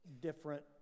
different